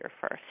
first